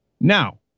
Now